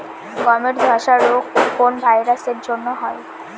গমের ধসা রোগ কোন ভাইরাস এর জন্য হয়?